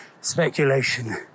speculation